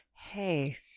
Hey